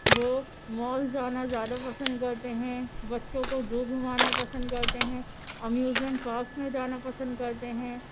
وہ مال جانا زیادہ پسند کرتے ہیں بچوں کو زو گھمانا پسند کرتے ہیں اور میوزم پارکس میں جانا پسند کرتے ہیں